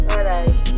Alright